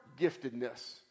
giftedness